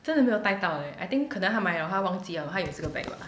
真的没有带到 leh I think 可能她买了她忘记了她有这个 bag 吧